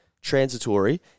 transitory